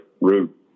route